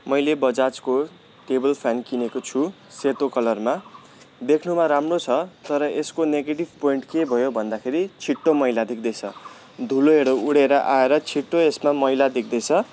मैले बजाजको table fan किनेको छु सेतो कलरमा देख्नुमा राम्रो छ तर यसको नेगेटिब पोइन्ट के भयो भन्दाखेरि छिट्टो मैला देख्दैछ धुलोहरू उडेर आएर छिट्टो यसमा मैला देख्दैछ